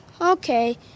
okay